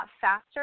faster